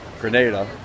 Grenada